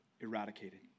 eradicated